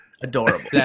adorable